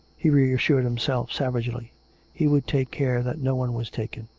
he reassured himself savagely he would take care that no one was taken.